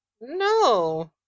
No